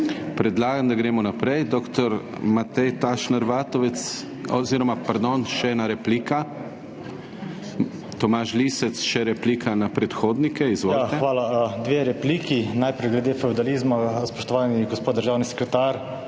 Predlagam, da gremo naprej. Dr. Matej Tašner Vatovec oziroma pardon, še ena replika. Tomaž Lisec, še replika na predhodnike. Izvolite. **TOMAŽ LISEC (PS SDS):** Hvala. Dve repliki. Najprej glede fevdalizma. Spoštovani, gospod državni sekretar,